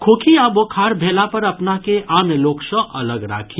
खोखी आ बोखार भेला पर अपना के आन लोक सँ अलग राखी